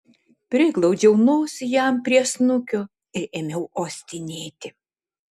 priglaudžiau nosį jam prie snukio ir ėmiau uostinėti